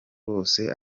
bose